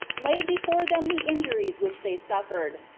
laid before them the injuries which they suffered,